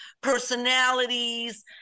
personalities